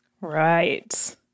Right